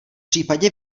případě